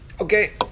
Okay